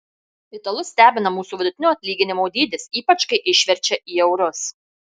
italus stebina mūsų vidutinio atlyginimo dydis ypač kai išverčia į eurus